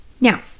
Now